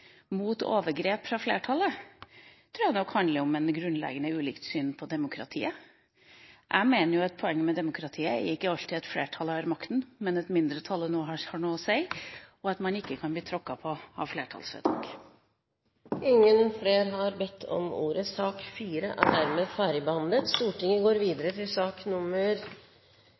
mot overgrep fra flertallet tror jeg handler om et grunnleggende ulikt syn på demokratiet. Jeg mener at poenget med demokratiet er at flertallet ikke alltid har makten, men at mindretallet har noe det skulle sagt, og at man ikke kan bli tråkket på av flertallsvedtak. Flere har ikke bedt om ordet til sak